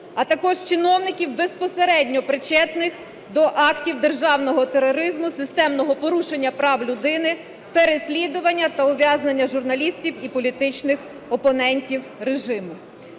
а також чиновників, безпосередньо причетних до актів державного тероризму, системного порушення прав людини, переслідування та ув'язнення журналістів і політичних опонентів режиму.